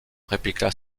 répliqua